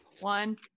One